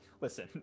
Listen